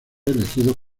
elegidos